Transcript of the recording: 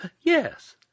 Yes